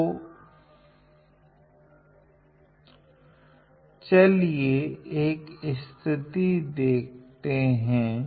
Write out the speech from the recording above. तो चलिए एक स्थिति देखते हैं